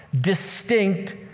distinct